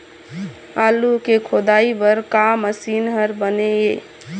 आलू के खोदाई बर का मशीन हर बने ये?